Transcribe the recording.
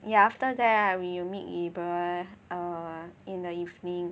ya after that ah we will meet Gabriel err in the evening